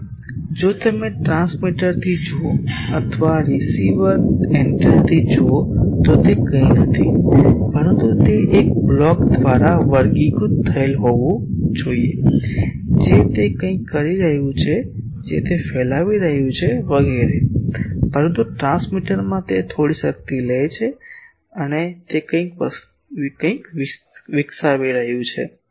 હવે જો તમે ટ્રાન્સમીટરથી જુઓ અથવા રીસીવર એન્ટેનાથી જુઓ તો તે કંઈ નથી પરંતુ તે એક બ્લોક દ્વારા વર્ગીકૃત થયેલ હોવું જોઈએ જે તે કંઈક કરી રહ્યું છે જે તે ફેલાવી રહ્યું છે વગેરે પરંતુ ટ્રાન્સમીટરમાં તે થોડી શક્તિ લે છે અને તે કંઈક વિકસાવી રહ્યું છે